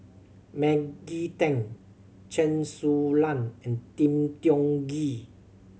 Maggie Teng Chen Su Lan and Lim Tiong Ghee